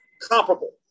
comparable